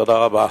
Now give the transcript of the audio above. תודה רבה.